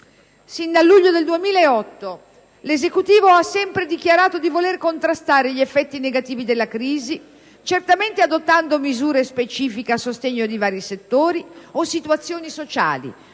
Sin dal luglio 2008, l'Esecutivo ha sempre dichiarato di voler contrastare gli effetti negativi della crisi, adottando misure specifiche a sostegno di vari settori o situazioni sociali,